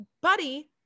buddy